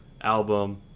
album